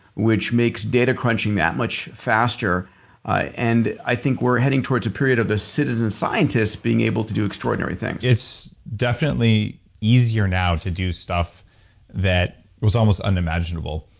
which makes data crunching that much faster and i think we're heading towards a period of the citizen scientists being able to do extraordinary things it's definitely easier now to do stuff that was almost unimaginable.